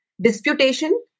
disputation